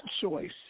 choice